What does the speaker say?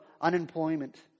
unemployment